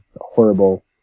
horrible